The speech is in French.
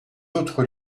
autres